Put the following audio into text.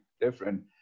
different